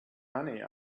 money